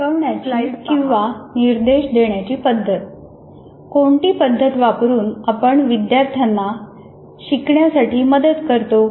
शिकवण्याची किंवा निर्देश देण्याची पद्धत कोणती पद्धत वापरून आपण विद्यार्थ्यांना शिकण्यासाठी मदत करतो